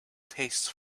tastes